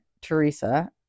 Teresa